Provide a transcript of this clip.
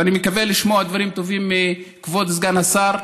ואני מקווה לשמוע דברים טובים מכבוד סגן השר.